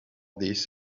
this